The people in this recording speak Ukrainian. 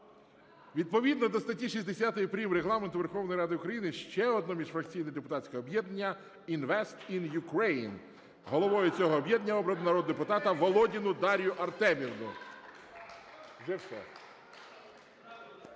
Відповідно до статті 60 прим. Регламенту Верховної Ради України ще одне міжфракційне депутатське об'єднання "Invest in Ukraine", головою цього об'єднання обрано народного депутата Володіну Дар'ю Артемівну.